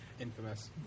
Infamous